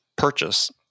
Purchase